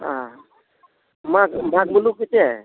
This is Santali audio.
ᱦᱮᱸ ᱢᱟᱜᱽ ᱢᱩᱞᱩᱜ ᱥᱮ ᱪᱮᱫ